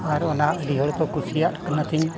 ᱟᱨ ᱚᱱᱟ ᱟᱹᱰᱤ ᱦᱚᱲ ᱠᱚ ᱠᱩᱥᱤᱭᱟᱜ ᱠᱟᱱᱟ ᱛᱤᱧ